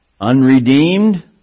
unredeemed